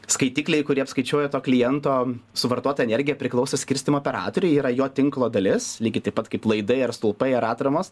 skaitikliai kurie apskaičiuoja to kliento suvartota energija priklauso skirstymo operatoriui yra jo tinklo dalis lygiai taip pat kaip laidai ar stulpai ar atramos